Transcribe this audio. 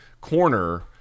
corner